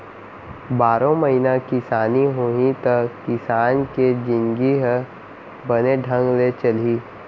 बारो महिना किसानी होही त किसान के जिनगी ह बने ढंग ले चलही